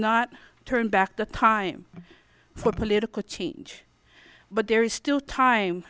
not turn back the time for political change but there is still time